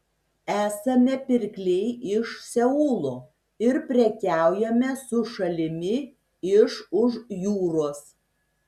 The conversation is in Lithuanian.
esame pirkliai iš seulo ir prekiaujame su šalimi iš už jūros